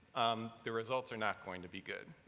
um the results are not going to be good.